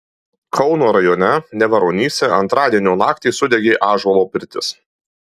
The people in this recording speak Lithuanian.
kauno rajone neveronyse antradienio naktį sudegė ąžuolo pirtis